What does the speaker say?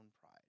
pride